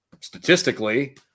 statistically